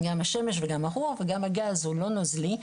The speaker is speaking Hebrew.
השמש, הרוח וגם הגז הוא לא נוזלי,